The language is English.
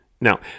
Now